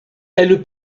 elle